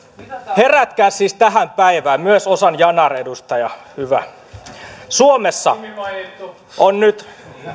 herätkää siis tähän päivään myös ozan yanar edustaja hyvä suomessa on nyt